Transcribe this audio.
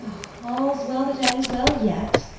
all's well that ends well yet,